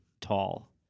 tall